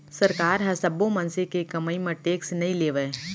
सरकार ह सब्बो मनसे के कमई म टेक्स नइ लेवय